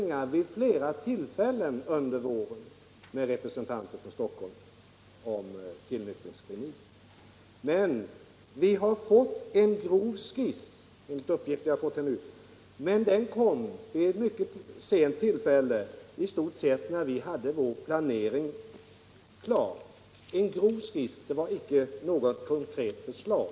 Vi har vid flera tillfällen under våren haft överläggningar med representanter för Stockholms läns landsting, och enligt uppgifter som jag har fått nu fick vi också en grov skiss från landstinget, men den kom på ett mycket sent stadium när vi i stort hade planeringen klar. Det rörde sig om en grov skiss, inte om något förslag.